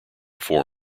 four